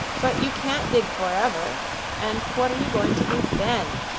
but you can't dig forever and what are you going to do then?